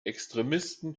extremisten